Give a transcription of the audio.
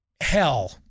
Hell